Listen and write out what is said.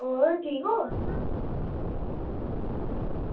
होर ठीक ओ